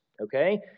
okay